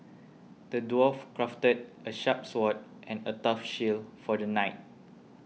the dwarf crafted a sharp sword and a tough shield for the knight